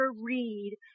read